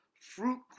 fruit